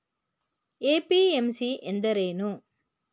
MPMC ಎಂದರೇನು?